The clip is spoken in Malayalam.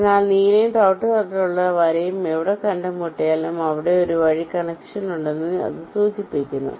അതിനാൽ നീലയും തവിട്ടുനിറത്തിലുള്ള വരയും എവിടെ കണ്ടുമുട്ടിയാലും അവിടെ ഒരു വഴി കണക്ഷൻ ഉണ്ടെന്ന് അത് സൂചിപ്പിക്കുന്നു